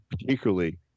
particularly